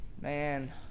man